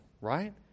right